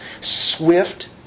swift